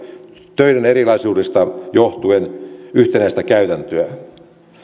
töiden erilaisuudesta johtuen yhtenäistä käytäntöä